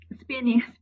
spinning